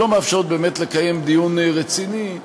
שלא מאפשרות באמת לקיים דיון רציני,